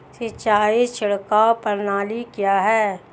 सिंचाई छिड़काव प्रणाली क्या है?